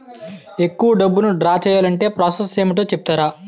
ఎక్కువ డబ్బును ద్రా చేయాలి అంటే ప్రాస సస్ ఏమిటో చెప్తారా?